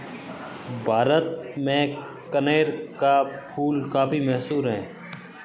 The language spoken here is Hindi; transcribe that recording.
भारत में कनेर का फूल काफी मशहूर है